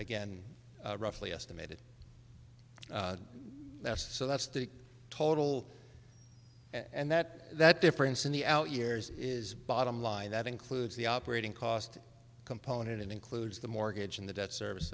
again roughly estimated that's so that's the total and that that difference in the out years is bottom line that includes the operating cost component it includes the mortgage and the debt service